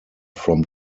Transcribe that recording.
from